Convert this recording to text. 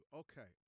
okay